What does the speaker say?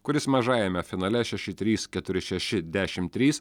kuris mažajame finale šeši trys keturi šeši dešimt trys